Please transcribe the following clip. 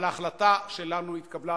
אבל ההחלטה שלנו התקבלה,